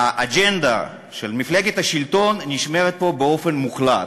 האג'נדה של מפלגת השלטון נשמרת פה באופן מוחלט.